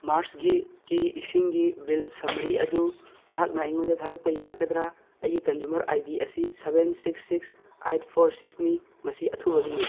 ꯃꯥꯔꯁꯀꯤ ꯏꯁꯤꯡꯒꯤ bill summary ꯑꯗꯨ ꯅꯍꯥꯛꯅ ꯑꯩꯉꯣꯟꯗ ꯊꯥꯔꯛꯄ ꯌꯥꯒꯗ꯭ꯔ ꯑꯩꯒꯤ ꯀꯟꯖꯨꯃꯔ ꯑꯥꯏ ꯗꯤ ꯑꯁꯤ seven six six eight four ꯁꯤꯛꯁꯅꯤ ꯃꯁꯤ ꯑꯊꯨꯕꯒꯤꯅꯤ